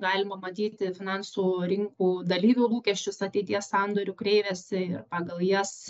galima matyti finansų rinkų dalyvių lūkesčius ateities sandorių kreivėse ir pagal jas